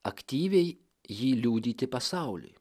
aktyviai jį liudyti pasauliui